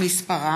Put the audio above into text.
השמות